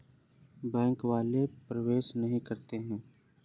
Bank वाले प्रवेश नहीं करते हैं?